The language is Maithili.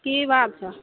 की भाव छौ